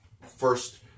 first